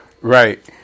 right